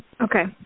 Okay